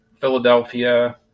Philadelphia